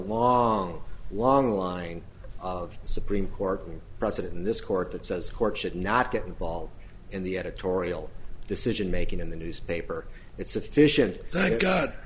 long long line of supreme court precedent in this court that says courts should not get involved in the editorial decision making in the newspaper it's sufficient